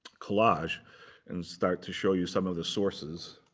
collage and start to show you some of the sources.